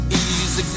easy